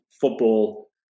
football